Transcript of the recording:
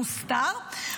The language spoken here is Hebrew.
מוסתר,